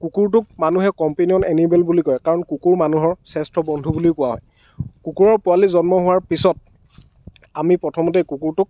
কুকুৰটোক মানুহে companion animal বুলি কয় কাৰণ কুকুৰ মানুহৰ শ্ৰেষ্ঠ বন্ধু বুলিও কোৱা হয় কুকুৰৰ পোৱালি জন্ম হোৱাৰ পিছত আমি প্ৰথমতে কুকুৰটোক